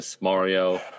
mario